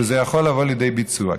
שזה יכול לבוא לידי ביצוע.